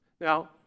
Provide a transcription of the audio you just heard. Now